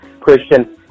Christian